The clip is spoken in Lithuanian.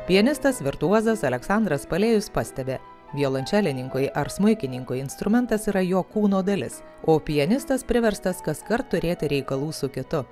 pianistas virtuozas aleksandras palėjus pastebi violončelininkui ar smuikininkui instrumentas yra jo kūno dalis o pianistas priverstas kaskart turėti reikalų su kitu